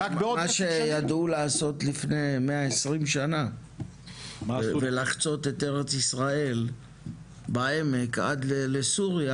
מה שידעו לעשות לפני 120 שנים ולחצות את ארץ ישראל בעמק עד לסוריה,